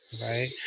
right